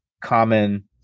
common